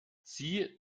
sie